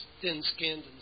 thin-skinned